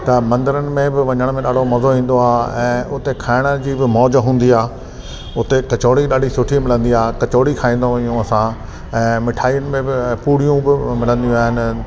त मंदिरूनि में बि वञण में ॾाढो मज़ो ईंदो आहे ऐं उते खाइण जी बि मौज हूंदी आहे उते कचौडी ॾाढी सुठी मिलंदी आहे कचौडी खाईंदा आहियूं असां ऐं मिठाइनि में बि पूड़ियूं बि मिलंदियूं आहिनि